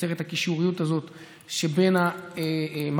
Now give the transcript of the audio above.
לייצר את הקישוריות הזאת בין המרכיבים